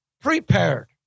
prepared